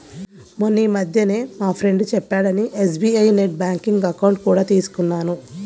మొన్నీమధ్యనే మా ఫ్రెండు చెప్పాడని ఎస్.బీ.ఐ నెట్ బ్యాంకింగ్ అకౌంట్ కూడా తీసుకున్నాను